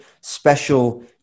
special